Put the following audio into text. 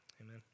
Amen